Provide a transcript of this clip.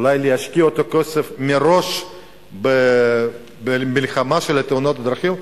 אולי צריך להשקיע אותו כסף מראש במלחמה בתאונות הדרכים.